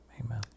Amen